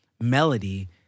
melody